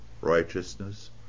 righteousness